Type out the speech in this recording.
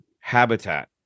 habitat